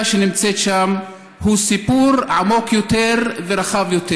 שנמצאת שם הוא סיפור עמוק יותר ורחב יותר.